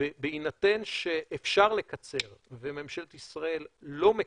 בהינתן שאפשר לקצר וממשלת ישראל לא מקצרת,